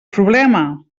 problema